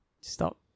stop